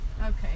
Okay